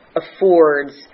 affords